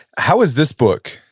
how is this book,